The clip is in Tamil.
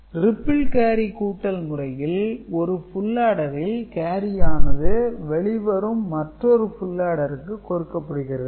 ரிப்பில் கேரி கூட்டல் முறையில் ஒரு ஃபுல் ஆடரில் கேரியானது வெளிவரும் மற்றொரு ஃபுல் ஆடருக்கு கொடுக்கப்படுகிறது